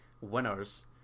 winners